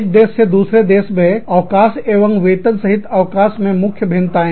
एक देश से दूसरे देश में अवकाश एवं वेतन सहित अवकाश में मुख्य भिन्नताएं